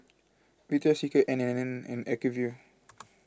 Victoria Secret N and N and Acuvue